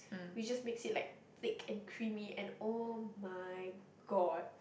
we just mix it like thick and creamy and [oh]-my-god